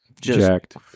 jacked